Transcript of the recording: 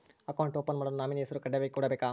Account open ಮಾಡಲು nominee ಹೆಸರು ಕಡ್ಡಾಯವಾಗಿ ಕೊಡಬೇಕಾ?